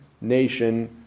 nation